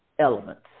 elements